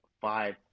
five